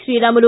Sriramulu